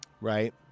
right